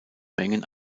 mengen